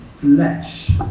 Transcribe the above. flesh